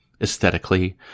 aesthetically